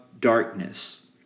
darkness